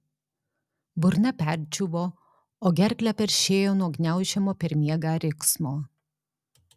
burna perdžiūvo o gerklę peršėjo nuo gniaužiamo per miegą riksmo